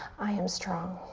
i am strong.